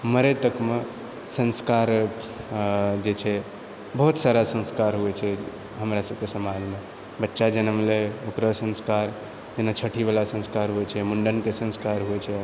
मरै तकमे संस्कार जे छै बहुत सारा संस्कार होइत छै हमरा सभके समाजमे बच्चा जन्मलय ओकरा संस्कार जेना छठिवला संस्कार होइत छै मुण्डनके संस्कार होइत छै